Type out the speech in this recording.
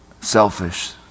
selfish